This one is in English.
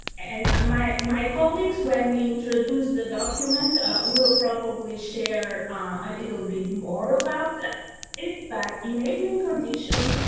and my my colleagues when we introduced the document will probably share a little bit more about it, but enabling conditions.